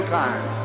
time